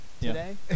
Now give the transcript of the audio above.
today